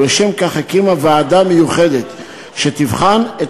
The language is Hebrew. ולשם כך הקימה ועדה מיוחדת שתבחן את